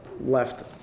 left